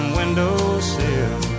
windowsill